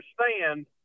understand